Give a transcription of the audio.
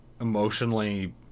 emotionally